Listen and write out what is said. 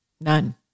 None